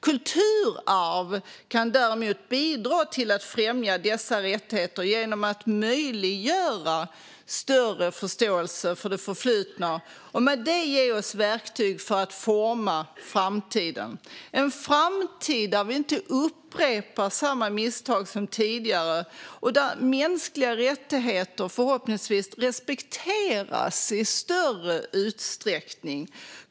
Kulturarv kan däremot bidra till att främja dessa rättigheter genom att möjliggöra större förståelse för det förflutna och därmed ge oss verktyg för att forma framtiden, en framtid där vi inte upprepar samma misstag som tidigare och där mänskliga rättigheter förhoppningsvis respekteras i större utsträckning.